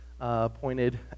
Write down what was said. pointed